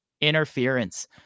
interference